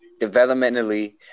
developmentally